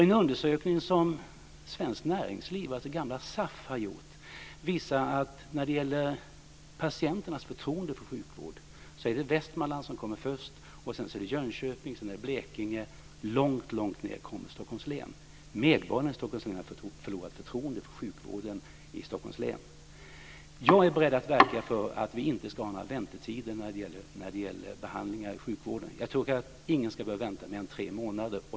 En undersökning som Svenskt näringsliv, alltså gamla SAF, har gjort visar att när det gäller patienternas förtroende för sjukvård kommer Västmanland först, därefter följer Jönköping och Blekinge. Stockholms län kommer långt ner. Medborgarna i Stockholms län har förlorat förtroendet för sjukvården i Stockholms län. Jag är beredd att verka för att vi inte ska ha några väntetider när det gäller behandlingar i sjukvården. Ingen ska behöva vänta mer än tre månader.